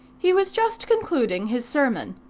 he was just concluding his sermon.